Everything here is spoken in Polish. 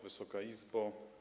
Wysoka Izbo!